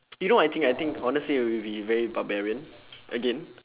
you know I think I think honestly we'll be very barbarian again